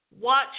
Watch